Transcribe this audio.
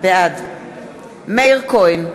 בעד מאיר כהן,